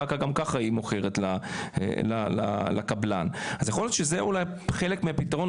קרקע גם ככה היא מוכרת לקבלן אז יכול להיות שזה אולי חלק מהפתרון,